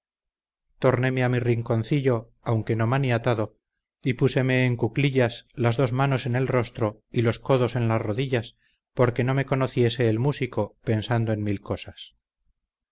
a mi rinconcillo aunque no maniatado y púseme en cluquillas las dos manos en el rostro y los codos en las rodillas porque no me conociese el músico pensando en mil cosas